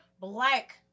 black